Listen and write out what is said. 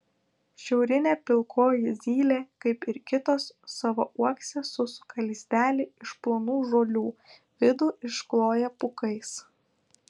šiaurinė pilkoji zylė kaip ir kitos savo uokse susuka lizdelį iš plonų žolių vidų iškloja pūkais